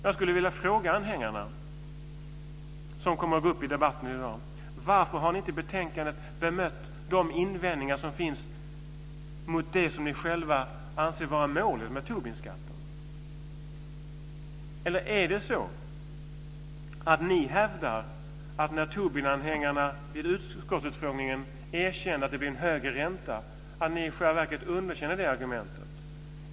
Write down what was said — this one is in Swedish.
Jag skulle vilja fråga de anhängare som kommer att gå upp i debatten i dag: Varför har ni inte i betänkandet bemött de invändningar som finns mot det som ni själva anser vara målet med Tobinskatten? Är det så att ni i själva verket underkänner det som Tobinanhängarna vid utskottsutfrågningen erkänner, alltså att det blir en högre ränta?